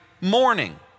morning